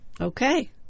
Okay